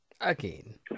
again